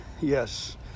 Yes